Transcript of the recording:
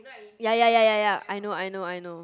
ya ya ya I know I know I know